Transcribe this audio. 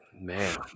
Man